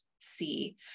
see